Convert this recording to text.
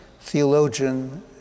theologian